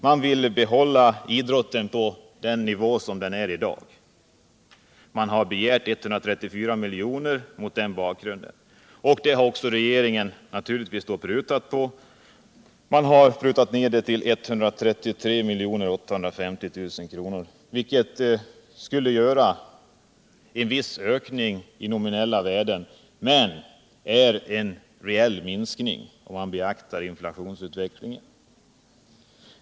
Man vill behålla verksamheten i nuvarande omfattning, och man har mot den bakgrunden begärt 134 milj.kr. Naturligtvis har regeringen prutat och föreslår 113 850 000 kr. I nominella värden betyder det en viss ökning, men i realiteten är det en minskning, om man beaktar inflationsutvecklingen.